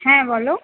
হ্যাঁ বলো